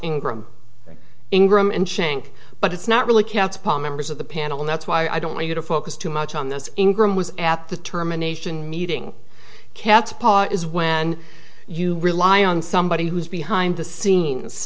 ingram ingram and shank but it's not really cat's paw members of the panel and that's why i don't want you to focus too much on this ingram was at the terminations meeting cat's paw is when you rely on somebody who's behind the scenes